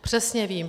Přesně vím.